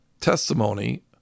testimony